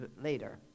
later